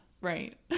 right